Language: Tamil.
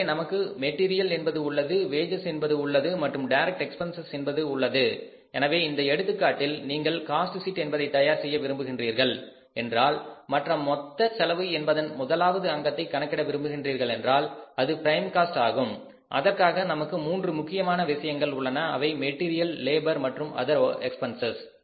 எனவே நமக்கு மெட்டீரியல் என்பது உள்ளது வேஜஸ் என்பது உள்ளது மற்றும் டைரக்ட் எக்பென்சஸ் என்பது உள்ளது எனவே இந்த எடுத்துக்காட்டில் நீங்கள் காஸ்ட் ஷீட் என்பதை தயார் செய்ய விரும்புகிறீர்கள் என்றால் மற்றும் மொத்த செலவு என்பதன் முதலாவது அங்கத்தை கணக்கிட விரும்புகின்றீர்கள் என்றால் அது பிரைம் காஸ்ட் ஆகும் அதற்காக நமக்கு மூன்று முக்கியமான விஷயங்கள் உள்ளன அவை மெட்டீரியல் லேபர் மற்றும் அதர் எக்பென்சஸ்